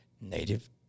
native